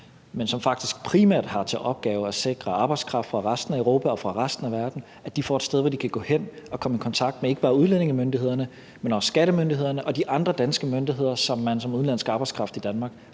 faktisk primært har til opgave at sikre, at arbejdskraft fra resten af Europa og fra resten af verden får et sted, hvor de kan gå hen og komme i kontakt med ikke bare udlændingemyndighederne, men også skattemyndighederne og de andre danske myndigheder, som man som udenlandsk arbejdskraft i Danmark